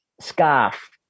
scarf